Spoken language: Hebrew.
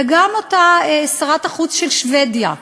וגם אותה שרת החוץ של שבדיה,